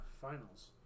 finals